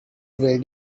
where